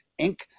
Inc